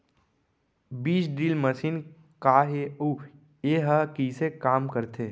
बीज drill machine का हे अऊ एहा कइसे काम करथे?